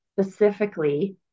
specifically